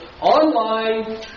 online